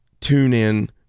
TuneIn